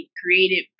created